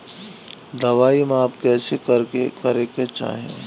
दवाई माप कैसे करेके चाही?